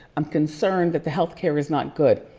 i'm concerned that the healthcare is not good.